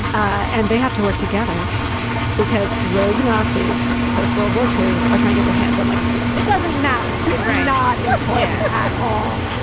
and they have to work together because rogue nazis, post-world war two, i try to get their hands on like nukes. it doesn't matter. it's not important at all.